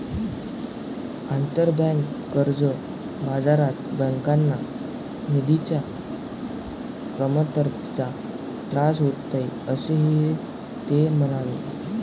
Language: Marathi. आंतरबँक कर्ज बाजारात बँकांना निधीच्या कमतरतेचा त्रास होत नाही, असेही ते म्हणाले